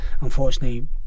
unfortunately